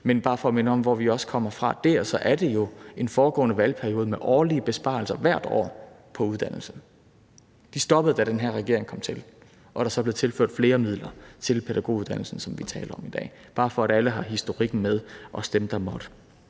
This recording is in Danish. Men bare for at minde om, hvor vi også kommer fra dér, vil jeg sige, at det jo har været en foregående valgperiode med årlige besparelser på uddannelse. De stoppede, da den her regering kom til og der så blev tilført flere midler til pædagoguddannelsen, som vi taler om i dag. Det er bare, for at alle har historikken med, også dem, der måtte